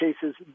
cases